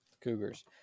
Cougars